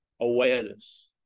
awareness